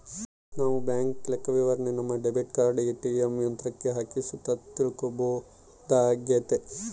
ನಾವು ಬ್ಯಾಂಕ್ ಲೆಕ್ಕವಿವರಣೆನ ನಮ್ಮ ಡೆಬಿಟ್ ಕಾರ್ಡನ ಏ.ಟಿ.ಎಮ್ ಯಂತ್ರುಕ್ಕ ಹಾಕಿ ಸುತ ತಿಳ್ಕಂಬೋದಾಗೆತೆ